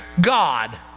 God